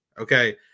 Okay